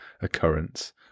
occurrence